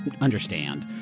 understand